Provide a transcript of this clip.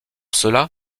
cela